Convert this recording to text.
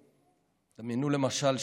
למשל,